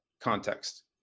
context